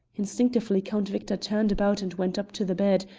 instinctively count victor turned about and went up to the bed,